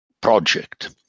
project